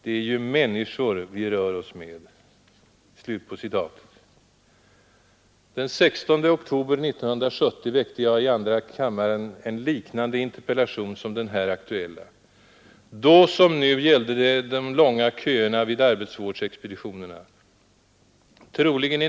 Det är ju människor vi rör oss med.” Den 16 oktober 1970 framställde jag i andra kammaren en interpellation, liknande den här aktuella. Då som nu gällde det de arbetsvårdsexpeditionerna.